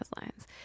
lines